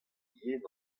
yen